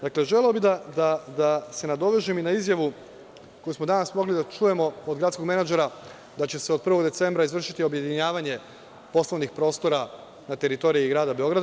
Dakle, želeo bih da se nadovežem i na izjavu, koju smo danas mogli da čujemo od gradskog menadžera, da će se od 1. decembra izvršiti objedinjavanje poslovnih prostora na teritoriji Grada Beograda.